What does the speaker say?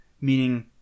Meaning